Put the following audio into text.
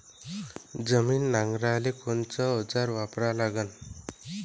जमीन नांगराले कोनचं अवजार वापरा लागन?